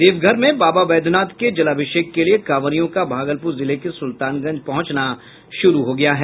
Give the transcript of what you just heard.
देवघर में बाबा बैद्यनाथ के जलाभिषेक के लिए कांवरियों का भागलपुर जिले के सुल्तानगंज पहुंचना शुरू हो गया है